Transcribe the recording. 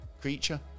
creature